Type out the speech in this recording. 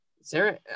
Sarah